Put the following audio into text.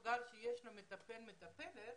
שיש לו מטפלת או מטפלת